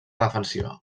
defensiva